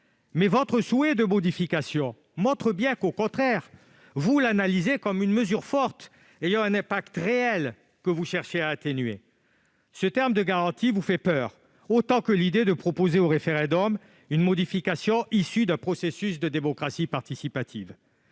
Mais votre souhait de modification montre bien qu'au contraire vous l'analysez comme une mesure forte, ayant un impact réel, que vous cherchez à atténuer. Le terme « garantit » vous fait peur, autant que l'idée de soumettre au référendum une modification issue de la démocratie participative.